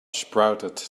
sprouted